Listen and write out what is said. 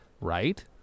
right